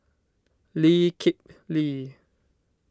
Lee Kip Lee